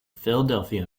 philadelphia